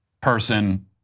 person